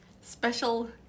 special